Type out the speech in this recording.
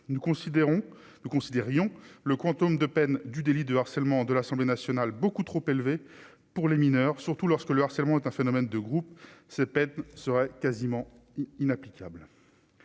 nous considérions le quantum de peine du délit de harcèlement de l'Assemblée nationale, beaucoup trop élevé pour les mineurs, surtout lorsque le harcèlement est un phénomène de groupe se serait quasiment inapplicable,